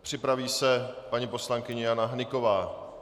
Připraví se paní poslankyně Jana Hnyková.